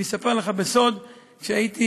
אספר לך בסוד שכשהייתי,